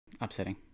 Upsetting